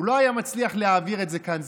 הוא לא היה מצליח להעביר את זה כאן,